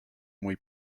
muy